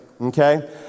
okay